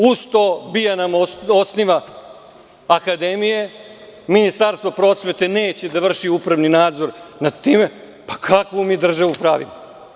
Uz to, BIA nam osniva akademije, Ministarstvo prosvete neće da vrši upravni nadzor nad time, pa kakvu mi državu pravimo?